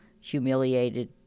humiliated